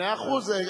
מאה אחוז.